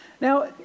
Now